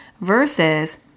versus